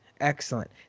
Excellent